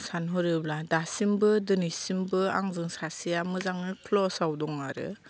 सानहरोब्ला दासिमबो दिनैसिमबो आंजों सासेआ मोजां क्ल'सआव दङ आरो